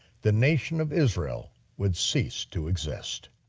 the nation of israel would cease to exist.